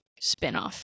spinoff